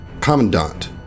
commandant